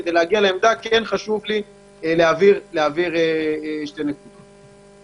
חשוב לי להבהיר שתי נקודות כדי להגיע לעמדה.